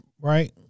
right